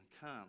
Come